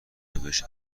روش